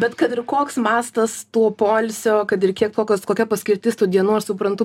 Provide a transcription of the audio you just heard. bet kad ir koks mastas to poilsio kad ir kiek kokios kokia paskirtis tų dienų aš suprantu